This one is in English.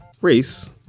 race